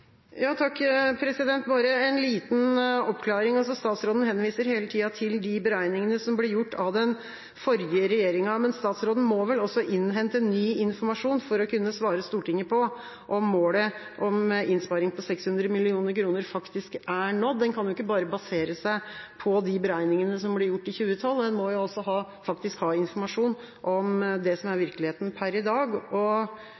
Bare en liten oppklaring: Statsråden henviser hele tida til de beregningene som ble gjort av den forrige regjeringa. Men statsråden må vel også innhente ny informasjon for å kunne svare Stortinget på om målet om innsparing på 600 mill. kr faktisk er nådd. Man kan ikke bare basere seg på de beregningene som ble gjort i 2012. Man må jo faktisk ha informasjon om det som er